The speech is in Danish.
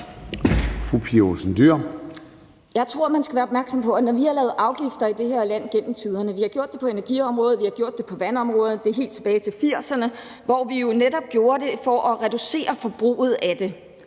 Pia Olsen Dyhr (SF): Jeg tror, man skal være opmærksom på noget, i forbindelse med at vi har lavet afgifter i det her land gennem tiderne. Vi har gjort det på energiområdet, og vi har gjort det på vandområdet, og det er helt tilbage til 1980'erne, hvor vi netop gjorde det for at reducere forbruget af det,